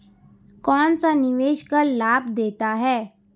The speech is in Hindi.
कौनसा निवेश कर लाभ देता है?